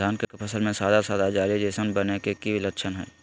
धान के फसल में सादा सादा जाली जईसन बने के कि लक्षण हय?